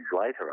later